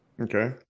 Okay